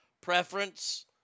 preference